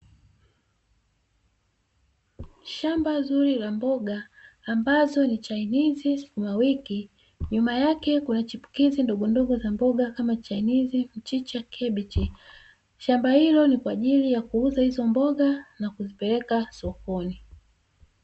Shamba nzuri la mboga ambazo ni chinese skumawiki nyuma yake kuna chipukizi ndogo ndogo za mboga kama chinese mchicha kabichi shamba hilo ni kwa ajili ya kuuza hizo mboga na kuzipeleka sokoni.